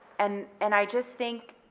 and and i just think,